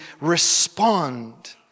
respond